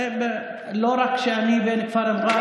לא רק שאני בן כפר מע'אר,